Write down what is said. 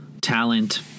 talent